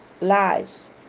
lies